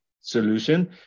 solution